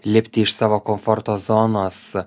lipti iš savo komforto zonos